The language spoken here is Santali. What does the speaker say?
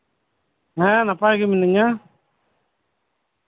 ᱦᱮᱸ ᱱᱟᱯᱟᱭ ᱜᱮ ᱢᱤᱱᱟᱹᱧᱟ